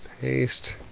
paste